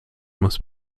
must